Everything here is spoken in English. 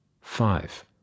five